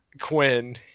Quinn